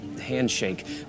handshake